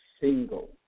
single